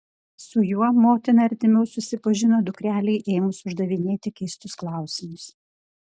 su juo motina artimiau susipažino dukrelei ėmus uždavinėti keistus klausimus